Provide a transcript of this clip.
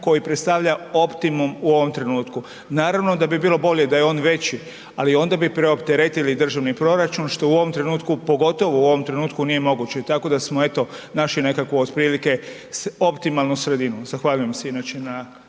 koji predstavlja optimum u ovom trenutku. Naravno da bi bilo bolje da je on veći, ali onda bi preopteretili državni proračun što u ovo trenutku, pogotovo u ovom trenutku nije moguće, tako da smo eto našli nekakvu otprilike optimalnu sredinu. Zahvaljujem se inače na